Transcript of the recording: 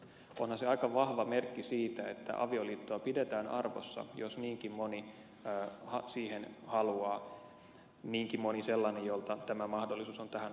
onhan se aika vahva merkki siitä että avioliittoa pidetään arvossa jos niinkin moni siihen haluaa niinkin moni sellainen jolta tämä mahdollisuus on tähän asti evätty